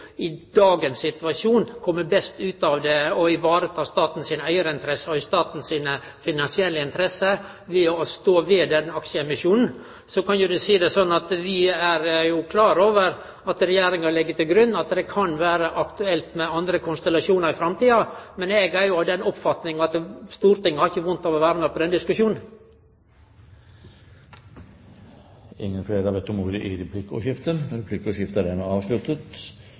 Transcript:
i dagens situasjon kjem best ut av det og varetek staten si eigarinteresse og staten si finansielle interesse ved å stå ved aksjeemisjonen. Så er vi klar over at Regjeringa legg til grunn at det kan vere aktuelt med andre konstellasjonar i framtida, men eg er av den oppfatninga at Stortinget ikkje har vondt av å vere med på den diskusjonen. Replikkordskiftet er omme. Det er ikke til å legge skjul på at SAS i